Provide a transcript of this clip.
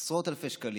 עשרות אלפי שקלים.